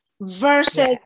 versus